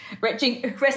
resting